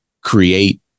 create